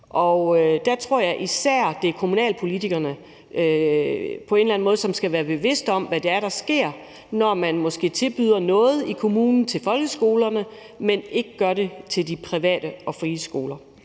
Der tror jeg især, at det er kommunalpolitikerne, som på en eller anden måde skal være bevidste om, hvad det er, der sker, når man måske tilbyder noget i kommunen til folkeskolerne, men ikke gør det til de private og frie skoler.